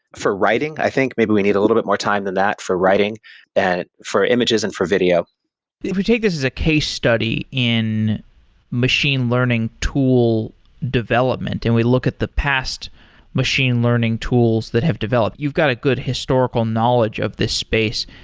for writing. i think maybe we need a little bit more time than that for writing than and for images and for video if you take this is a case study in machine learning tool development and we look at the past machine learning tools that have developed, you've got a good historical knowledge of this space.